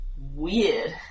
Weird